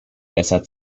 besser